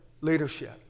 leadership